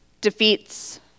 defeats